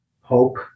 hope